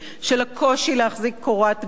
של הקושי להחזיק קורת גג,